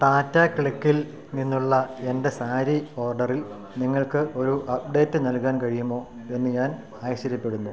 ടാറ്റാ ക്ലിക്കിൽ നിന്നുള്ള എൻ്റെ സാരി ഓർഡറിൽ നിങ്ങൾക്കൊരു അപ്ഡേറ്റ് നൽകാൻ കഴിയുമോയെന്ന് ഞാൻ ആശ്ചര്യപ്പെടുന്നു